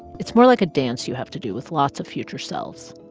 it's more like a dance you have to do with lots of future selves.